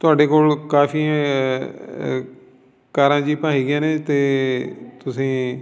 ਤੁਹਾਡੇ ਕੋਲ ਕਾਫੀ ਕਾਰਾਂ ਜੀਪਾਂ ਹੈਗੀਆਂ ਨੇ ਅਤੇ ਤੁਸੀਂ